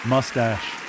Mustache